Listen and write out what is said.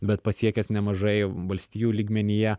bet pasiekęs nemažai valstijų lygmenyje